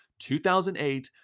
2008